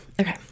Okay